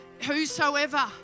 whosoever